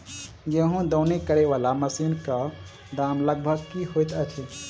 गेंहूँ दौनी करै वला मशीन कऽ दाम लगभग की होइत अछि?